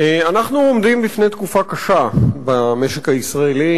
אנחנו עומדים בפני תקופה קשה במשק הישראלי,